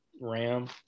Ram